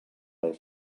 del